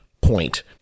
point